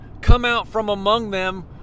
come-out-from-among-them